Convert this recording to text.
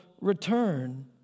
return